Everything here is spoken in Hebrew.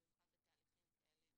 במיוחד בתהליכים כאלה משמעותיים.